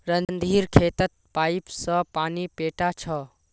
रणधीर खेतत पाईप स पानी पैटा छ